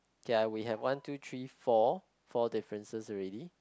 k ah we have one two three four four differences already